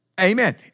Amen